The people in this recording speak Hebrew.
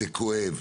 זה כואב,